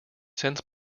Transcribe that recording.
since